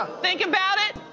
think about it,